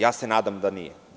Ja se nadam da nije.